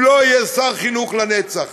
הוא לא יהיה שר חינוך לנצח,